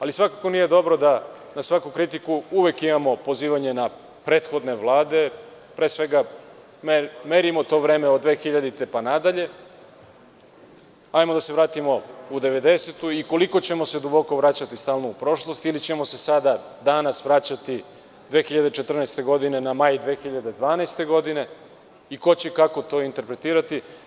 Ali, svakako nije dobro da na svaku kritiku uvek imamo pozivanje na prethodne vlade, pre svega merimo to vreme od 2000. godine pa nadalje, hajmo da se vratimo na 90-tu i koliko ćemo se duboko vraćati stalno u prošlost ili ćemo se sada, danas, 2014. godine vraćati na maj 2012. godine i ko će i kako to interpretirati.